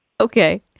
okay